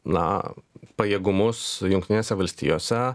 na pajėgumus jungtinėse valstijose